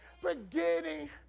forgetting